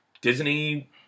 Disney